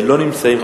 לא נמצאים,